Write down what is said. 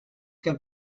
que